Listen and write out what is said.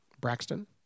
Braxton